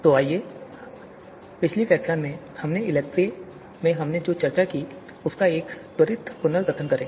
तो आइए पिछले व्याख्यान में इलेक्ट्री में हमने जो चर्चा की उसका एक त्वरित पुनर्कथन करें